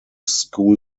school